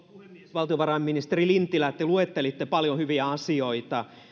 valtiovarainministeri lintilä te luettelitte paljon hyviä asioita